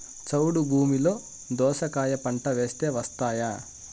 చౌడు భూమిలో దోస కాయ పంట వేస్తే వస్తాయా?